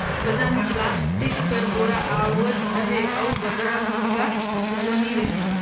बजार मे पलास्टिक कर बोरा आवत अहे अउ बगरा महगा घलो नी रहें